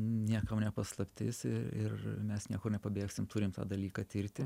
niekam ne paslaptis i ir mes niekur nepabėgsim turim tą dalyką tirti